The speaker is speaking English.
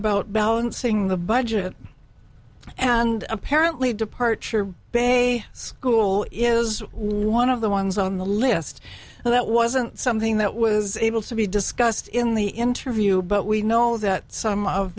about balancing the budget and apparently departure bay school is one of the ones on the list that wasn't something that was able to be discussed in the interview but we know that some of